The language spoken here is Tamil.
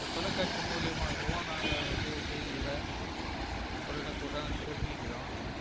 அந்த தொலைக்காட்சி மூலியமாகவும் நாங்கள் வந்து செய்திகளை உடனுக்குடன் தெரிஞ்சிக்கிறோம்